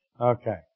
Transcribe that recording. Okay